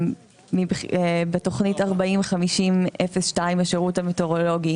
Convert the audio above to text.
בתוכנית 40-50-02, השירות המטאורולוגי